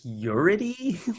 purity